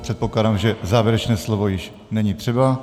Předpokládám, že závěrečné slovo již není třeba.